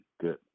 good